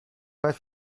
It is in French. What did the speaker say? pas